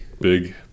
Big